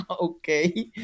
okay